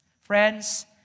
Friends